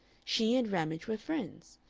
she and ramage were friends,